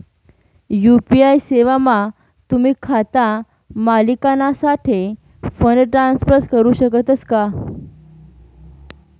UPI सेवामा तुम्ही खाता मालिकनासाठे फंड ट्रान्सफर करू शकतस का